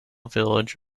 village